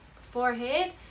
forehead